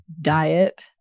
diet